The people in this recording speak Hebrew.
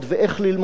איך ללמוד